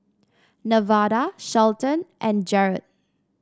Nevada Shelton and Jerod